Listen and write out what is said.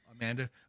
Amanda